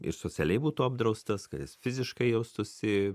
ir socialiai būtų apdraustas kad jis fiziškai jaustųsi